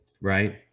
right